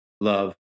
love